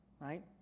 right